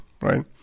right